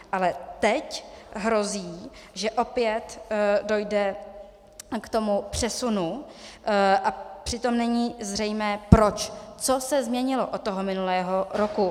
Teď ale hrozí, že opět dojde k tomu přesunu, a přitom není zřejmé proč, co se změnilo od toho minulého roku.